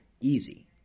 easy